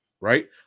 Right